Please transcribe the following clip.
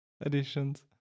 additions